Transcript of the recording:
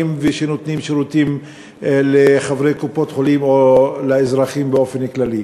ונותנים שירותים לחברי קופות-חולים או לאזרחים באופן כללי.